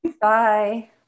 bye